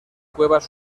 cuevas